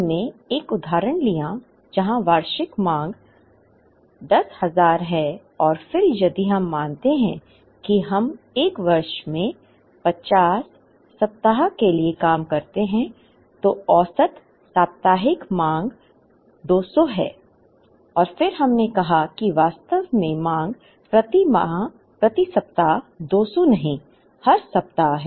हमने एक उदाहरण लिया जहां वार्षिक मांग 10000 है और फिर यदि हम मानते हैं कि हम एक वर्ष में 50 सप्ताह के लिए काम करते हैं तो औसत साप्ताहिक मांग 200 है और फिर हमने कहा कि वास्तव में मांग प्रति सप्ताह 200 नहीं हर सप्ताह है